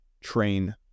train